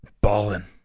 Balling